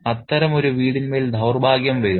അത്തരമൊരു വീടിന്മേൽ ദൌർഭാഗ്യം വരും